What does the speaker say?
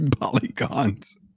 polygons